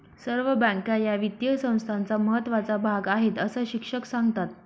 सर्व बँका या वित्तीय संस्थांचा महत्त्वाचा भाग आहेत, अस शिक्षक सांगतात